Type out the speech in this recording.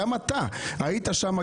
גם אתה היית שם,